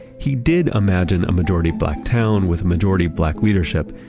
he did imagine a majority-black town with a majority black leadership,